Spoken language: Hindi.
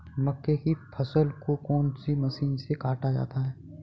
मक्के की फसल को कौन सी मशीन से काटा जाता है?